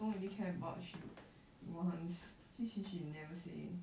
don't really care about you wants since she never say